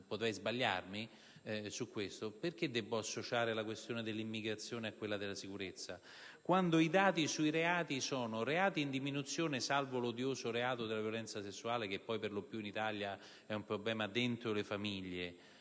potrei sbagliarmi), perché debbo associare la questione dell'immigrazione a quella della sicurezza? I dati sui reati li indicano in diminuzione, salvo l'odioso reato della violenza sessuale, che poi perlopiù in Italia è un problema all'interno delle famiglie,